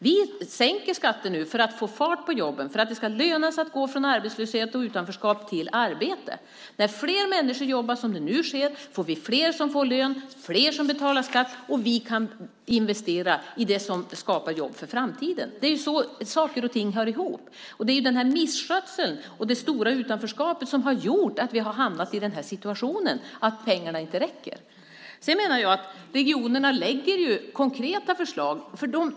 Vi sänker skatter nu för att få fart på jobben och för att det ska löna sig att gå från arbetslöshet och utanförskap till arbete. När fler människor jobbar, som nu sker, får vi fler som får lön och fler som betalar skatt, och vi kan investera i det som skapar jobb för framtiden. Det är ju så saker och ting hör ihop. Det är den här misskötseln och det stora utanförskapet som har gjort att vi har hamnat i den här situationen, att pengarna inte räcker. Sedan menar jag att regionerna lägger konkreta förslag.